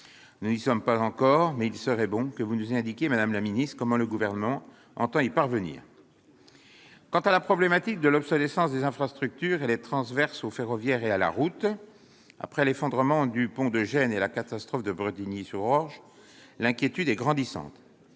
Nous n'y sommes pas encore, et il serait bon que vous nous indiquiez, madame la ministre, comment le Gouvernement entend y parvenir. Quant à la problématique de l'obsolescence des infrastructures, elle est transverse au ferroviaire et à la route. Après l'effondrement du pont de Gênes et la catastrophe de Brétigny-sur-Orge, l'inquiétude est croissante.